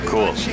Cool